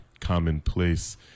commonplace